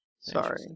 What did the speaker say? sorry